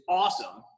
awesome